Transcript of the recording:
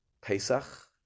Pesach